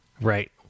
right